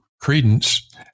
credence